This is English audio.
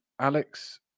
alex